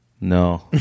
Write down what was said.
No